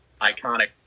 iconic